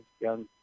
young